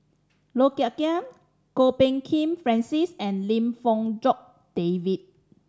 Low Thia Khiang Kwok Peng Kin Francis and Lim Fong Jock David